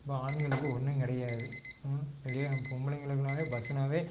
அப்போ ஆண்களுக்கு ஒன்றும் கிடையாது இல்லையா பொம்பளைங்களுக்குனாலே பஸ்ஸுனாலே